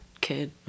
kid